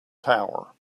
tower